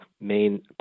main